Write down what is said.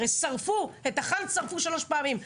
הרי שרפו את החאן שלוש פעמים.